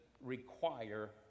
require